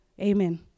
Amen